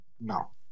No